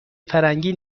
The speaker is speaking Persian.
فرنگی